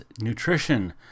Nutrition